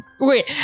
Wait